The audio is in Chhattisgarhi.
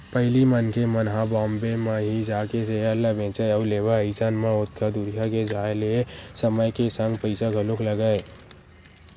पहिली मनखे मन ह बॉम्बे म ही जाके सेयर ल बेंचय अउ लेवय अइसन म ओतका दूरिहा के जाय ले समय के संग पइसा घलोक लगय